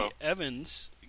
Evans